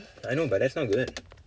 I know but that's not good